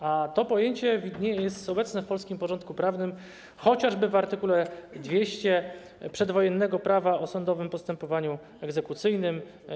A to pojęcie jest obecne w polskim porządku prawnym chociażby w art. 200 przedwojennego prawa o sądowym postępowaniu egzekucyjnym.